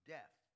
Death